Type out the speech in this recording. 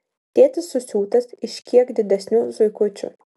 tėtis susiūtas iš kiek didesnių zuikučių